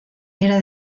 era